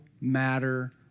matter